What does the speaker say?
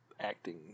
acting